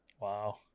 Wow